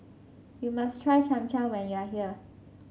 you must try Cham Cham when you are here